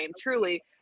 truly